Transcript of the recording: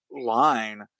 line